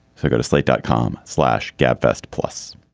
so go to slate dot com slash gabfests plus